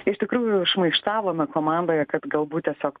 iš tikrųjų šmaikštavome komandoje kad galbūt tiesiog